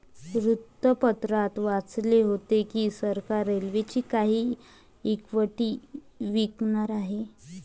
वृत्तपत्रात वाचले होते की सरकार रेल्वेची काही इक्विटी विकणार आहे